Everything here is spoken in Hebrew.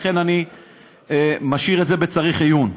לכן אני משאיר את זה בצריך עיון.